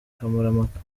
kamarampaka